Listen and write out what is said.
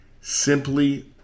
simply